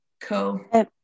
Cool